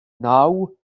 naw